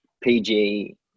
PG